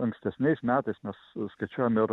ankstesniais metais mes suskaičiuojam ir